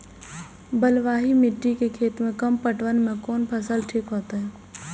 बलवाही मिट्टी के खेत में कम पटवन में कोन फसल ठीक होते?